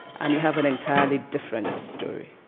and you have an entirely different story.